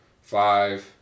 five